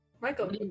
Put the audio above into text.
Michael